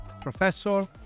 Professor